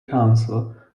council